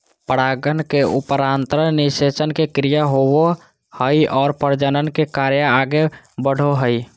परागन के उपरान्त निषेचन के क्रिया होवो हइ और प्रजनन के कार्य आगे बढ़ो हइ